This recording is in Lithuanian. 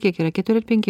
kiek yra keturi ar penki